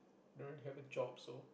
don't really have a job so